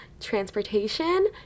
transportation